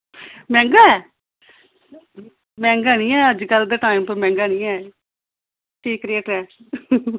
मैहंगा ऐ मैहंगा निं ऐ अज्जकल दे टाईम उप्पर मैहंगा निं ऐ